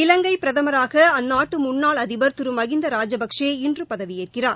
இலங்கை பிரதமராக அந்நாட்டு முன்னாள் அதிபர் திரு மகிந்தா ராஜபக்ஷே இன்று பதவியேற்கிறார்